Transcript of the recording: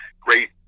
great